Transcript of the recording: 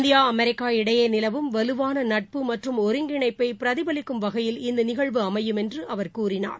India America இடையேநிலவும் வலுவானநட்பு மற்றம் ஒருங்கிணைப்பைபிரதிபலிக்கும் வகையில் இந்தநிகழ்வு அமையும் என்றுஅவர் கூறினார்